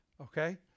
okay